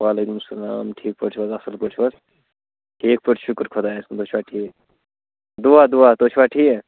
وَعلیکُم سَلام ٹھیٖک پٲٹھۍ چھِو حظ اَصٕل پٲٹھۍ چھِو حظ ٹھیٖک پٲٹھۍ شُکُر خۄدایس کُن تُہۍ چھِوا ٹھیٖک دُعا دُعا تُہۍ چھِوا ٹھیٖک